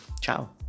ciao